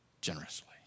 generously